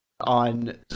on